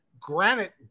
granite